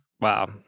Wow